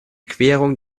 querung